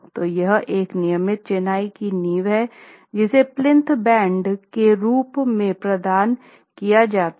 तो यह एक नियमित चिनाई की नींव है जिसे प्लिंथ बीम के ऊपर प्रदान किया जाता है